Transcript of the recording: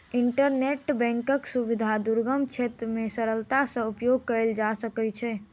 internet बैंकक सुविधा दुर्गम क्षेत्र मे सरलता सॅ उपयोग कयल जा सकै छै